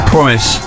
Promise